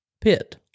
pit